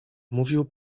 mówił